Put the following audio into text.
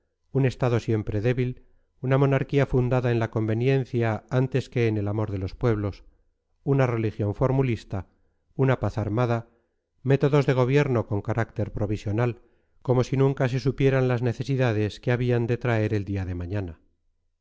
un estado siempre débil una monarquía fundada en la conveniencia antes que en el amor de los pueblos una religión formulista una paz armada métodos de gobierno con carácter provisional como si nunca se supieran las necesidades que habían de traer el día de mañana